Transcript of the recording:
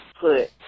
put